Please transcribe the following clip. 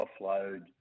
offload